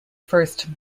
first